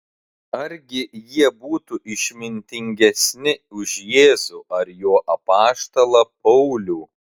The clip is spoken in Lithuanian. argi jie būtų išmintingesni už jėzų ar jo apaštalą paulių